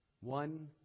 one